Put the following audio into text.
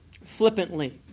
flippantly